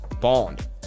Bond